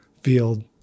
field